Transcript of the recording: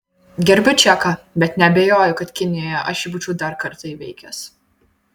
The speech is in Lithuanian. gerbiu čeką bet neabejoju kad kinijoje aš jį būčiau dar kartą įveikęs